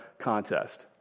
contest